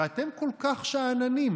ואתם כל כך שאננים.